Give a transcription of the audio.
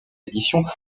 éditions